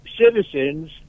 citizens